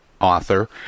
author